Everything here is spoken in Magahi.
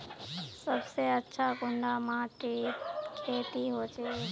सबसे अच्छा कुंडा माटित खेती होचे?